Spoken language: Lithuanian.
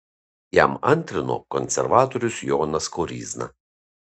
jam antrino konservatorius jonas koryzna